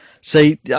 See